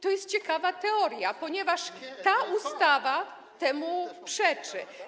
To jest ciekawa teoria, ponieważ ta ustawa temu przeczy.